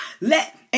Let